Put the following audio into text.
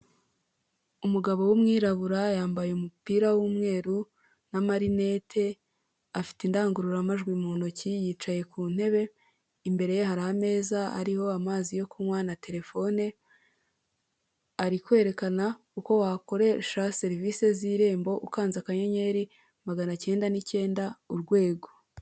Umugabo w'umwirabura yambaye umupira w'umweru na marinete, afite indangururamajwi mu ntoki, yicaye ku ntebe; imbere ye hari ameza ariho amazi yo kunywa na telefone, ari kwerekana uko wakoresha serivisi z'irembo ukanze akayenyeri magana cyenda n'icyenda urwego.